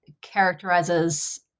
characterizes